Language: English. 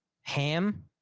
Ham